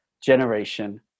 generation